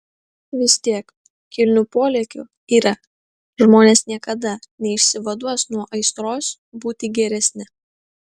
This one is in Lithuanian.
vis tiek kilnių polėkių yra žmonės niekada neišsivaduos nuo aistros būti geresni